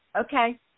Okay